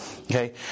Okay